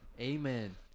Amen